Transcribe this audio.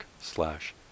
slash